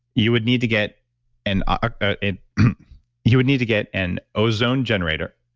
you would need to get an an you would need to get an ozone generator,